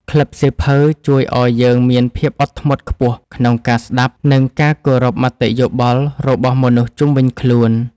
ក្លឹបសៀវភៅជួយឱ្យយើងមានភាពអត់ធ្មត់ខ្ពស់ក្នុងការស្ដាប់ និងការគោរពមតិយោបល់របស់មនុស្សជុំវិញខ្លួន។